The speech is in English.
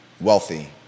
wealthy